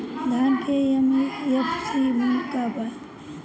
धान के एम.एफ.सी मूल्य का बा?